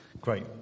great